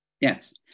Yes